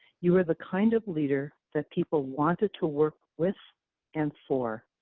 your are the kind of leader that people want to work with and for.